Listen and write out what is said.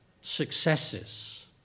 successes